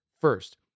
first